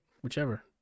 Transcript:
Whichever